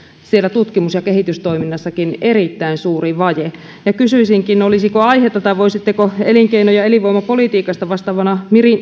siellä tutkimus ja kehitystoiminnassakin on edelleen erittäin suuri vaje kysyisinkin olisiko aihetta tai voisitteko elinkeino ja elinvoimapolitiikasta vastaavana